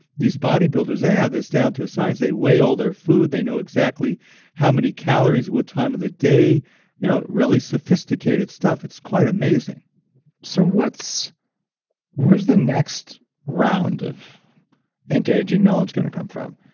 these bodybuilders, they have this down to a science they weigh all their food, they know exactly how many calories, what time of the day you know really sophisticated stuff. it's quite amazing so, where's the next round of anti-aging knowledge going to come from?